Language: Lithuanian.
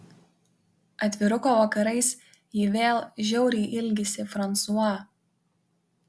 atviruko vakarais ji vėl žiauriai ilgisi fransua